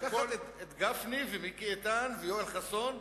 לקחת את גפני ואת מיקי איתן ואת יואל חסון,